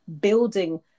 building